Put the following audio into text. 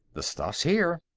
the stuff's here.